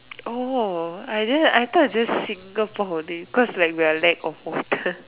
oh I I just thought is just Singapore only cause like we are lack of water